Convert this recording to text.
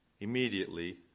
Immediately